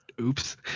Oops